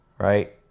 right